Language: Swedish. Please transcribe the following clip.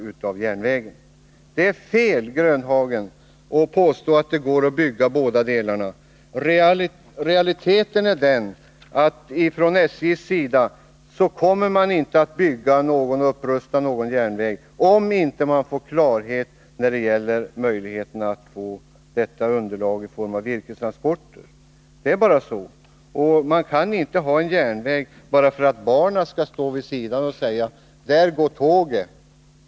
Det är fel, herr Grönhagen, att påstå att det går att ha bådadera. Realiteten är den att SJ inte kommer att bygga eller upprusta någon järnväg om man inte får klarhet när det gäller möjligheten att få ett underlag i form av virkestransporter. Det är bara så. Man kan inte ha en järnväg bara för att barnen skall stå vid sidan och säga: Där går tåget.